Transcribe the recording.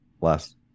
last